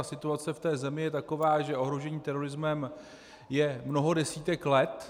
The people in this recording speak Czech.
Situace v zemi je taková, že ohrožení terorismem je mnoho desítek let.